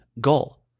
goal